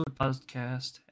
podcast